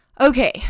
Okay